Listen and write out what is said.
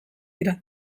dira